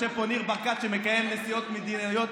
יושב פה ניר ברקת, שמקיים נסיעות מדיניות,